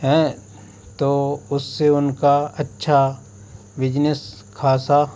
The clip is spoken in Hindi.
हें तो उससे उनका अच्छा बिजनेस ख़ासा